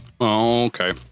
Okay